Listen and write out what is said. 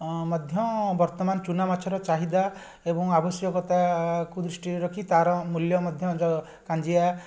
ଅଁ ମଧ୍ୟ ବର୍ତ୍ତମାନ ଚୁନାମାଛର ଚାହିଦା ଏବଂ ଆବଶ୍ୟକତାକୁ ଦୃଷ୍ଟିରେ ରଖି ତା'ର ମୂଲ୍ୟ ମଧ୍ୟ ଜ କାଞ୍ଜିଆ